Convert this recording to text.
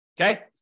okay